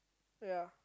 ya